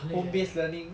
很累 leh